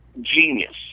genius